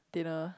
dinner